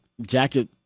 jacket